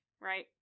Right